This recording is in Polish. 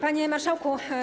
Panie Marszałku!